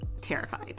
terrified